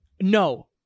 No